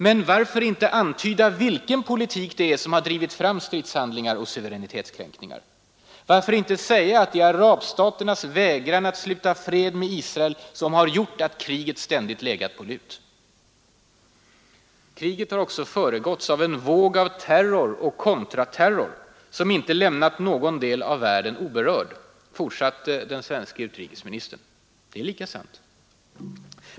Men varför inte antyda vilken politik det är som drivit fram stridshandlingar och suveränitetskränkningar? Varför inte säga att arabstaternas vägran att sluta fred med Israel har gjort att kriget ständigt legat på lut? ”Kriget har också föregåtts av en våg av terror och kontraterror som inte lämnat någon del av världen oberörd”, fortsatte den svenske utrikesministern. Det är lika sant.